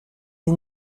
les